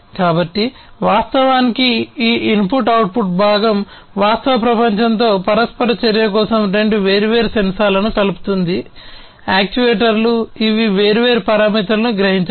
కాబట్టి వాస్తవానికి ఈ ఇన్పుట్ అవుట్పుట్ భాగం వాస్తవ ప్రపంచంతో పరస్పర చర్య కోసం రెండు వేర్వేరు సెన్సార్లను కలుపుతుంది యాక్యుయేటర్లు ఇవి వేర్వేరు పారామితులను గ్రహించగలవు